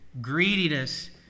greediness